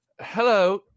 Hello